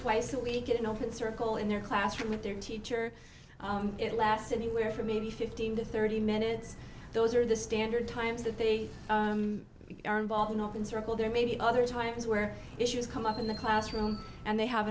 twice a week in open circle in their classroom with their teacher at last anywhere from maybe fifteen to thirty minutes those are the standard times that they are involved in circle there may be other times where issues come up in the classroom and they have